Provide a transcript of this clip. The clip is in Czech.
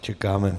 Čekáme.